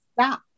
stop